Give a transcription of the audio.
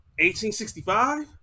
1865